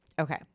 Okay